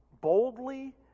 boldly